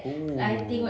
oh